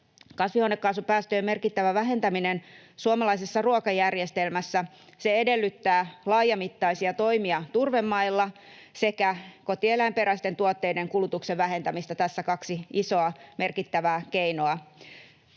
Kasvihuonekaasupäästöjen merkittävä vähentäminen suomalaisessa ruokajärjestelmässä edellyttää laajamittaisia toimia turvemailla sekä kotieläinperäisten tuotteiden kulutuksen vähentämistä. Tässä kaksi isoa, merkittävää keinoa.